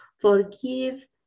forgive